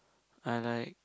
I like